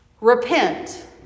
Repent